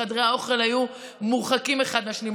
חדרי האוכל היו מורחקים אחד מהשני.